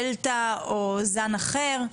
דלתא או זן אחר.